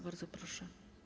Bardzo proszę.